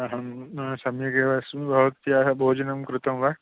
अहं सम्यगेव अस्मि भवत्या भोजनं कृतं वा